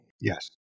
Yes